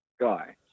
guy